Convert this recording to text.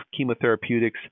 chemotherapeutics